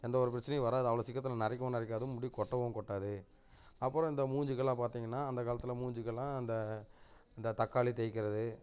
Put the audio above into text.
எந்த ஒரு பிரச்சினையும் வராது அவ்வளோ சீக்கிரத்தில் நரைக்கவும் நரைக்காது முடி கொட்டவும் கொட்டாது அப்புறம் இந்த மூஞ்சிக்கெல்லாம் பார்த்திங்கன்னா அந்தக் காலத்தில் மூஞ்சிக்கெல்லாம் அந்த இந்த தக்காளி தேய்க்கிறது